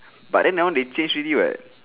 but then now they change already [what]